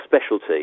specialty